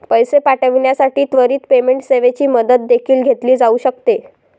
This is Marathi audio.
पैसे पाठविण्यासाठी त्वरित पेमेंट सेवेची मदत देखील घेतली जाऊ शकते